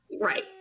Right